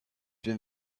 been